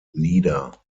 nieder